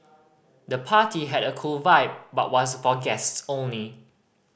the party had a cool vibe but was for guests only